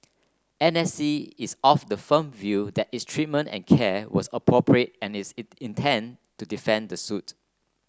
N S C is of the firm view that its treatment and care was appropriate and it's in intends to defend the suit